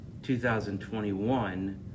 2021